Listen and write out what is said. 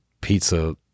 pizza